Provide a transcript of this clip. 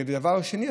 דבר שני,